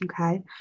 Okay